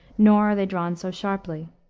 nor are they drawn so sharply.